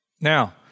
Now